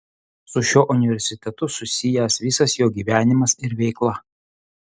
su šiuo universitetu susijęs visas jo gyvenimas ir veikla